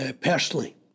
personally